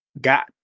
got